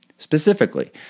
Specifically